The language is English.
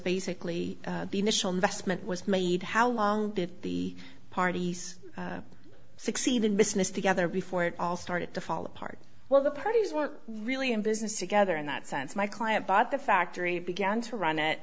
investment was made how long did the parties succeed in business together before it all started to fall apart well the parties were really in business together in that sense my client bought the factory began to run it